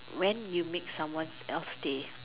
when you make someone else day